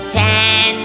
ten